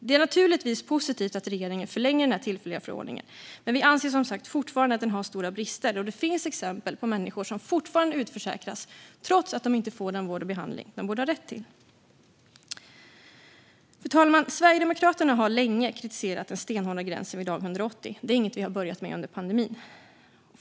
Det är naturligtvis positivt att regeringen förlänger den tillfälliga förordningen, men vi anser som sagt fortfarande att den har stora brister. Det finns fortfarande exempel på att människor utförsäkras trots att de inte fått den vård och behandling de borde ha rätt till. Fru talman! Sverigedemokraterna har länge kritiserat den stenhårda gränsen vid dag 180. Det är ingenting vi har börjat med under pandemin.